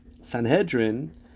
Sanhedrin